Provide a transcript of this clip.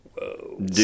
Whoa